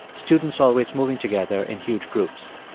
students always moving together in huge groups.